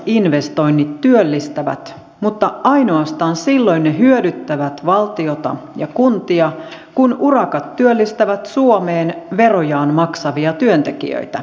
rakennusinvestoinnit työllistävät mutta ainoastaan silloin ne hyödyttävät valtiota ja kuntia kun urakat työllistävät suomeen verojaan maksavia työntekijöitä